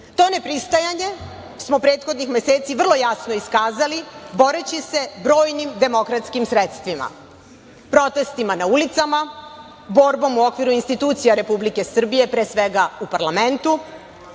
nepristajanje smo prethodnih meseci vrlo jasno iskazali, boreći se brojnim demokratskim sredstvima, protestima na ulicama, borbom u okviru institucija Republike Srbije, pre svega u parlamentu,